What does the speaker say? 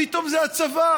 פתאום זה הצבא,